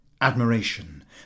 admiration